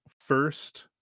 first